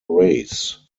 race